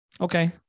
okay